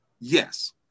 Yes